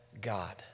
God